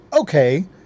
okay